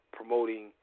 promoting